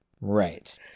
Right